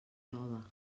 clova